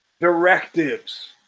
directives